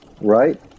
right